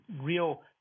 real